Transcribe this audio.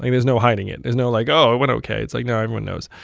like there's no hiding it. there's no, like oh, it went ok. it's like, no, everyone knows